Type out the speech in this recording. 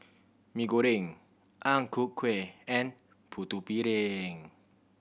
Mee Goreng Ang Ku Kueh and Putu Piring